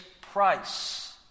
price